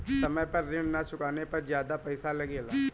समय पर ऋण ना चुकाने पर ज्यादा पईसा लगेला?